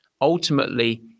ultimately